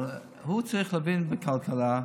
אבל הוא צריך להבין בכלכלה.